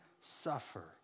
suffer